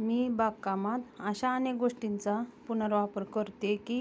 मी बागकामात अशा अनेक गोष्टींचा पुनर्वापर करते की